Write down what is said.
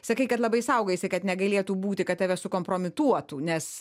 sakai kad labai saugojaisi kad negalėtų būti kad tave sukompromituotų nes